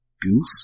goof